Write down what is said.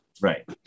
Right